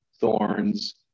thorns